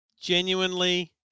genuinely